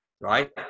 right